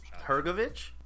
Hergovich